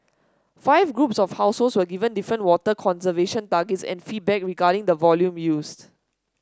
five groups of households were given different water conservation targets and feedback regarding the volume used